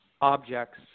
objects